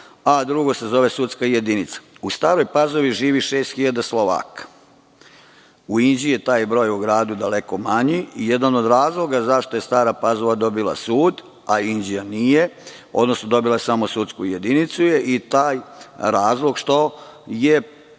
a drugo se zove sudska jedinica.U Staroj Pazovi živi 6.000 Slovaka. U Inđiji je taj broj u gradu daleko manji. Jedan od razloga zašto je Stara Pazova dobila sud, a Inđija nije, odnosno dobila je samo sudsku jedinicu je i taj razlog što je